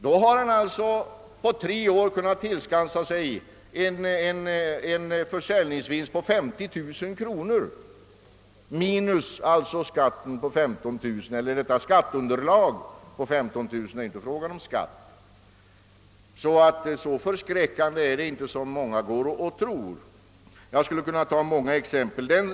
På tre år har han då kunnat tillskansa sig en försäljningsvinst på 50000 kronor minus skatteunderlaget på 15000 kronor — det är inte fråga om skatt utan om skatteunderlag. Så förskräckande som många går och tror är alltså inte detta förslag! Jag skulle kunna ta många exempel på detta.